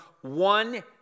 one